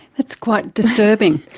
that's quite disturbing.